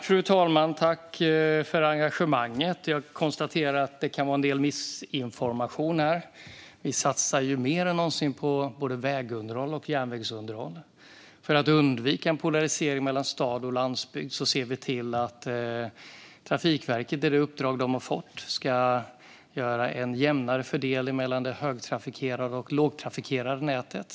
Fru talman! Tack, ledamöterna, för engagemanget! Jag konstaterar att det kan finnas en del missinformation här. Vi satsar mer än någonsin på både väg och järnvägsunderhåll. För att undvika en polarisering mellan stad och landsbygd ser vi till att Trafikverket i det uppdrag de har fått ska göra en jämnare fördelning mellan det högtrafikerade och det lågtrafikerade nätet.